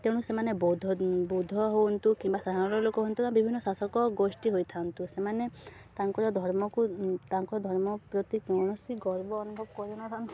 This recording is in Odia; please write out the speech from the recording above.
ତେଣୁ ସେମାନେ ବୌଦ୍ଧ ବୌଦ୍ଧ ହୁଅନ୍ତୁ କିମ୍ବା ସାଧାରଣ ଲୋକ ହୁଅନ୍ତୁ ବିଭିନ୍ନ ଶାସକ ଗୋଷ୍ଠୀ ହୋଇଥାନ୍ତୁ ସେମାନେ ତାଙ୍କର ଧର୍ମକୁ ତାଙ୍କର ଧର୍ମ ପ୍ରତି କୌଣସି ଗର୍ବ ଅନୁଭବ କରିନଥାନ୍ତି